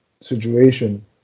situation